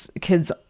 kids